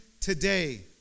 today